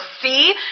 See